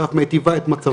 אלא אף מיטיבה את מצבם.